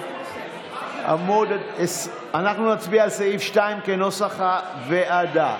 אנחנו נצביע על סעיף 2, כנוסח הוועדה.